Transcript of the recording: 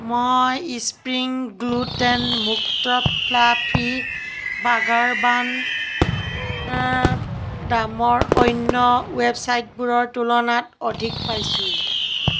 মই spring gluten মুক্ত fluffy burger bun দামৰ অন্য ৱেবচাইটবোৰৰ তুলনাত অধিক পাইছোঁ